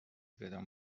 بدان